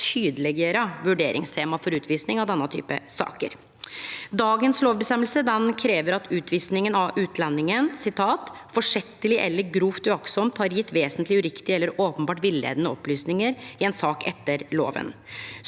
tydeleggjere vurderingstema for utvising i denne typen saker. Når det gjeld utvising, krev dagens lovføresegner at utlendingen «forsettlig eller grovt uaktsomt har gitt vesentlig uriktige eller åpenbart villedende opplysninger i en sak etter loven».